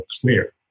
clear